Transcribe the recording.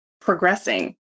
progressing